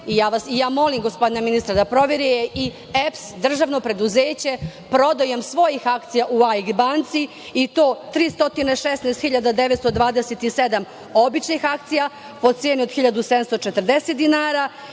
je, molim gospodina ministra da proveri, i EPS, državno preduzeće, prodao svoje akcije u AIK banci, i to 316.927 običnih akcija po ceni od 1.740 dinara